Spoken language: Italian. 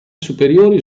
superiori